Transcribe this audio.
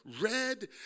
red